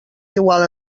igual